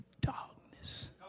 darkness